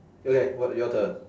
okay what your turn